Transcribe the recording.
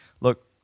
look